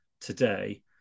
today